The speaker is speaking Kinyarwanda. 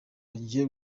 bagiye